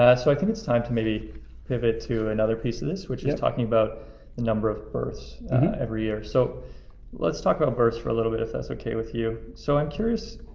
so i think it's time to maybe pivot to another piece of this, which is talking about the number of births every year so let's talk about births for a little bit if that's okay with you. so i'm curious,